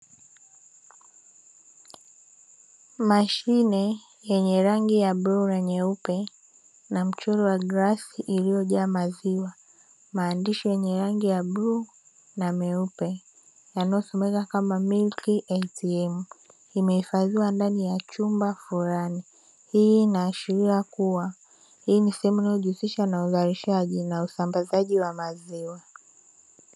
Mashine yenye rangi ya bluu na nyeupe na mchoro wa glasi iliyojaa maziwa, maandishi yenye rangi ya bluu na meupe yanayosomeka kama "Milk ATM"; imehifadhiwa ndani ya chumba fulani. Hii inaashiria kuwa hii ni sehemu inayojihusisha na uuzaji na usambazaji wa maziwa.